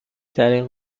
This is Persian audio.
ترین